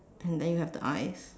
and then you have the eyes